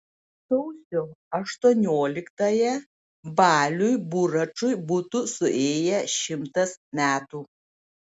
sausio aštuonioliktąją baliui buračui būtų suėję šimtas metų